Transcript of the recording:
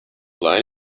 learn